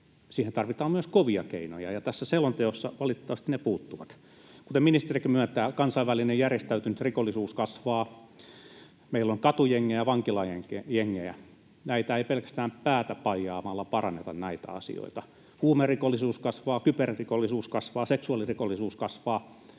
siihen tarvitaan myös kovia keinoja, ja tästä selonteosta valitettavasti ne puuttuvat. Kuten ministerikin myöntää, kansainvälinen järjestäytynyt rikollisuus kasvaa, meillä on katujengejä ja vankilajengejä. Näitä asioita ei pelkästään päätä paijaamalla paranneta. Huumerikollisuus kasvaa, kyberrikollisuus kasvaa, seksuaalirikollisuus kasvaa,